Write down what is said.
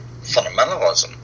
fundamentalism